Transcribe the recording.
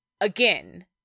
again